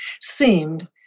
seemed